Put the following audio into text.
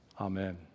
Amen